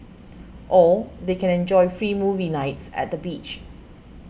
or they can enjoy free movie nights at the beach